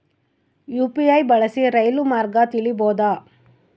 UPI ಬಳಸಿ ರೈಲು ಮಾರ್ಗ ತಿಳೇಬೋದ?